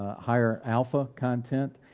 higher alpha content,